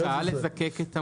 וגם הצעה לזקק את המונחים.